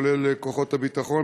כולל כוחות הביטחון,